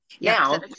Now